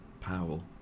Powell